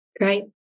Great